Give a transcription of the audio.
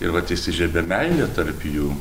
ir vat įsižiebia meilė tarp jų